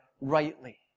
rightly